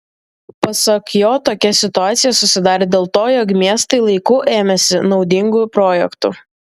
pasak jo tokia situacija susidarė dėl to jog miestai laiku ėmėsi naudingų projektų